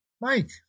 Mike